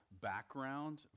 background